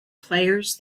players